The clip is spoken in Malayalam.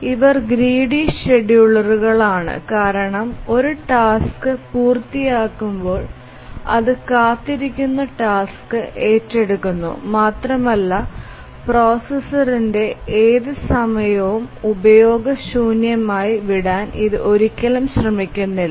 ഇവർ ഗ്രീഡീ ഷെഡ്യൂളറുകളാണ് കാരണം ഒരു ടാസ്ക് പൂർത്തിയാകുമ്പോൾ അത് കാത്തിരിക്കുന്ന ടാസ്ക് ഏറ്റെടുക്കുന്നു മാത്രമല്ല പ്രോസസ്സറിന്റെ ഏത് സമയവും ഉപയോഗശൂന്യമായി വിടാൻ ഇത് ഒരിക്കലും ശ്രമിക്കുന്നില്ല